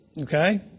Okay